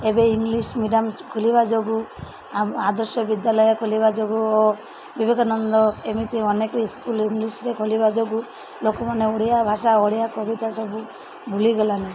ଏବେ English medium ଖୋଲିବା ଯୋଗୁଁ ଆଦର୍ଶ ବିଦ୍ୟାଳୟ ଖୋଲିବା ଯୋଗୁଁ ଓ ବିବେକାନନ୍ଦ ଏମିତି ଅନେକ ସ୍କୁଲ୍ ଇଂଲିଶ୍ରେ ଖୋଲିବା ଯୋଗୁଁ ଲୋକମାନେ ଓଡ଼ିଆ ଭାଷା ଓଡ଼ିଆ କବିତା ସବୁ ଭୁଲିଗଲାନି